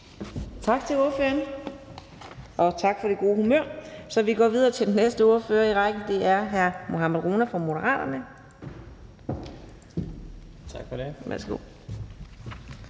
Tak til ordføreren, og tak for det gode humør. Vi går videre til den næste ordfører i rækken. Det er hr. Mohammad Rona fra Moderaterne. Værsgo.